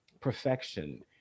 perfection